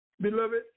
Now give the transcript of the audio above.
beloved